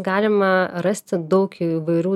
galima rasti daug įvairių